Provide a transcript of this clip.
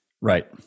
Right